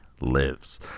lives